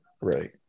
right